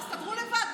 תסתדרו לבד.